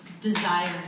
desires